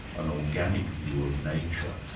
an organic view of nature,